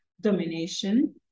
domination